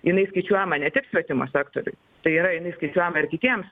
jinai skaičiuojama ne tik švietimo sektoriuj tai yra jinai skaičiuojama ar kitiems